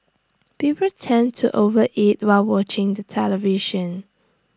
people tend to overeat while watching the television